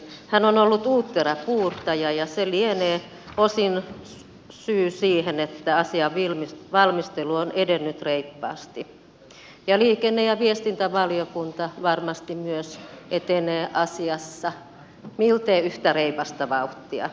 hän on ollut uuttera puurtaja ja se lienee osin syy siihen että asian valmistelu on edennyt reippaasti ja liikenne ja viestintävaliokunta varmasti myös etenee asiassa miltei yhtä reipasta vauhtia eteenpäin